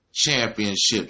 championships